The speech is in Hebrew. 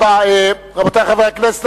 רבותי חברי הכנסת,